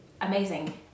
amazing